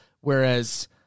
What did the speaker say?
whereas